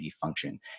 function